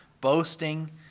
boasting